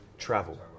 Travel